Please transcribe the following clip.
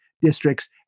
districts